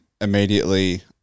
immediately